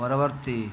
ପରବର୍ତ୍ତୀ